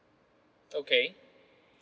okay